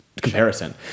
comparison